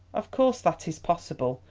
of course that is possible.